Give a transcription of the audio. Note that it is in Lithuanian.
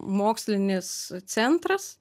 mokslinis centras